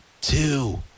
two